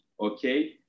okay